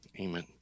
Amen